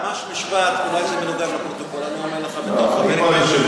אני חייב לומר לך ממש משפט.